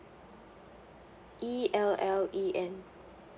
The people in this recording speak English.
E L L E N